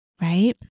right